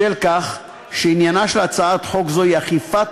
בשל כך שעניינה של הצעת חוק זו הוא אכיפת